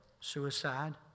suicide